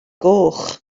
goch